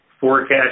forecast